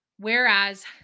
Whereas